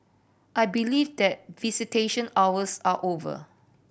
I believe that visitation hours are over